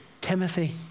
Timothy